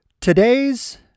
today's